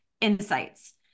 insights